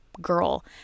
girl